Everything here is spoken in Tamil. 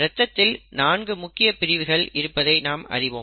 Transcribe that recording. ரத்தத்தில் நான்கு முக்கிய பிரிவுகள் இருப்பதை நாம் அறிவோம்